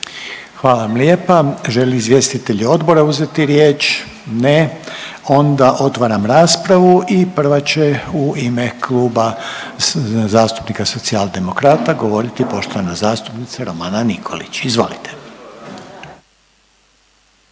Hvala vam lijepa. Želi li izvjestitelj odbora uzeti riječ? Ne. Onda otvaram raspravu i prva će u ime Kluba zastupnika Socijaldemokrata govoriti poštovana zastupnica Romana Nikolić, izvolite.